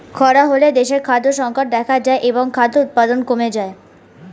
খরা হলে দেশে খাদ্য সংকট দেখা যায় এবং খাদ্য উৎপাদন কমে যায়